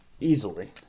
easily